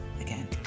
again